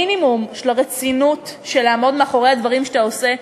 המינימום של הרצינות של לעמוד מאחורי הדברים שאתה עושה,